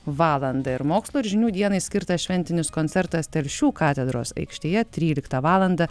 valandą ir mokslo ir žinių dienai skirtas šventinis koncertas telšių katedros aikštėje tryliktą valandą